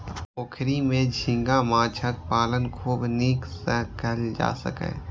पोखरि मे झींगा माछक पालन खूब नीक सं कैल जा सकैए